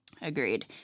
Agreed